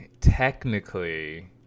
technically